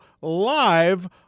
live